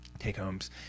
take-homes